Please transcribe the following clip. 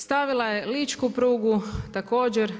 Stavila je ličku prugu, također.